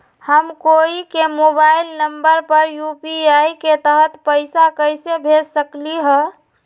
हम कोई के मोबाइल नंबर पर यू.पी.आई के तहत पईसा कईसे भेज सकली ह?